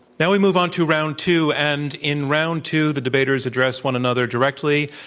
now we move on to round two. and in round two, the debaters address one another directly,